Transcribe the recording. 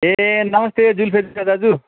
ए नमस्ते जुल्फे जेठा दाजु